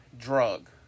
drug